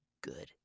good